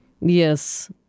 Yes